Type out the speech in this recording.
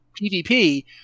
PVP